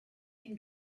can